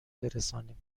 برسانیم